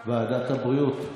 ועדת הבריאות.